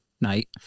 night